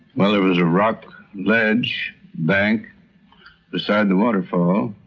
well, there was a rock ledge bank beside the waterfall